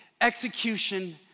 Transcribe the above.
execution